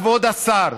כבוד השר,